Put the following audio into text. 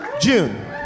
June